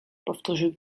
powtórzył